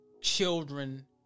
children